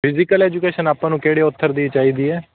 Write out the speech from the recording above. physical education ਆਪਾਂ ਨੂੰ ਕਿਹੜੇ ਔਥਰ ਦੀ ਚਾਹੀਦੀ ਹੈ